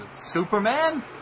Superman